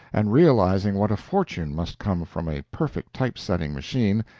and realizing what a fortune must come from a perfect type-setting machine,